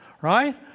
right